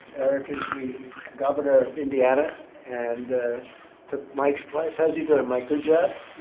eric is the governor of indiana and took mike's place. how's he doing, mike, good job?